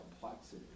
complexity